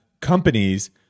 companies